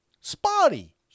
Spotty